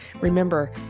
Remember